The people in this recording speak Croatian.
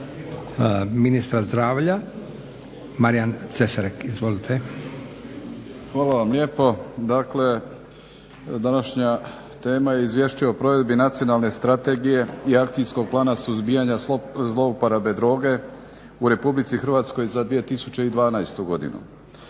ministra zdravlja Marijan Cesarik. Izvolite. **Cesarik, Marijan** Hvala vam lijepo. Dakle današnja tema je Izvješće o provedbi Nacionalne strategije i Akcijskog plana suzbijanja zlouporabe droga u Republici Hrvatskoj za 2012. godinu.